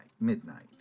midnight